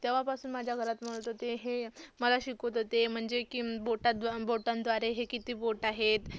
तेव्हापासून माझ्या घरात म्हणत होते हे मला शिकवत होते म्हणजे की बोटा बोटांद्वारे हे किती बोटं आहेत